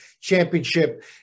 championship